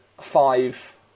five